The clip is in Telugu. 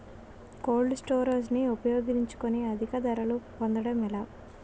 కోల్డ్ స్టోరేజ్ ని ఉపయోగించుకొని అధిక ధరలు పొందడం ఎలా?